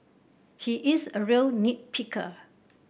he is a real nit picker